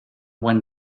buen